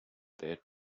there